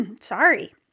Sorry